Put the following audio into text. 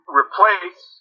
replace